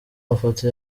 mafoto